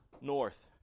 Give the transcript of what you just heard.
north